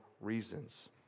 reasons